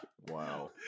Wow